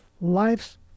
life's